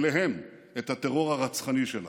אליהן את הטרור הרצחני שלה.